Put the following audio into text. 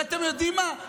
אתם יודעים מה?